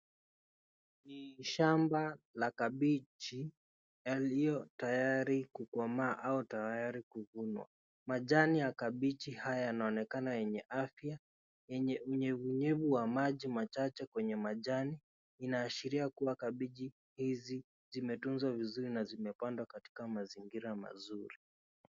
Ni shamba la kabichi yaliyo tayari kukomaa au tayari kuvunwa, majani ya kabichi haya yanaonekana yenye afya yenye unyevu nyevu wa maji machache kwenye majani inaashiria kua kabichi hizi zimetunzwa vizuri na zimepandwa katika mazingira mazuri.